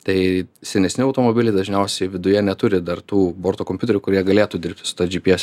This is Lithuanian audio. tai senesni automobiliai dažniausiai viduje neturi dar tų borto kompiuterių kurie galėtų dirbti su gps